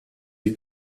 die